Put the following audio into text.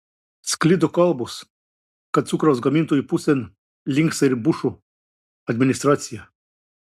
sklido kalbos kad cukraus gamintojų pusėn linksta ir bušo administracija